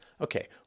Okay